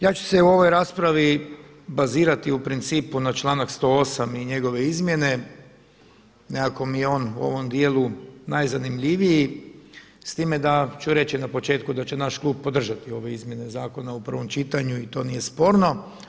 Ja ću se u ovoj raspravi bazirati na članak 108. i njegove izmjene, nekako mi je on u ovom dijelu najzanimljiviji, s time da ću reći na početku da će naš klub podržati ove izmjene zakona u prvom čitanju i ti nije sporno.